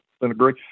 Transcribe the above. agree